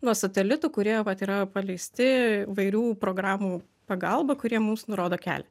nuo satelitų kurie vat yra paleisti įvairių programų pagalba kurie mums nurodo kelią